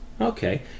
Okay